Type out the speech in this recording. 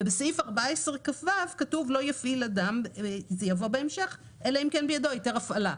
בסעיף 14 כו כתוב: לא יפעיל אדם אלא אם כן בידו היתר הפעלה.